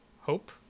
hope